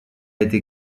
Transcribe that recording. été